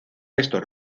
restos